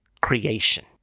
creation